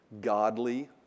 godly